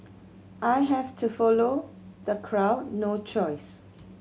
I have to follow the crowd no choice